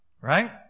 right